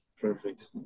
perfect